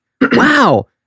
Wow